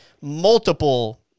multiple